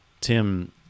Tim